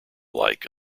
like